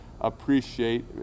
appreciate